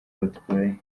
batwaye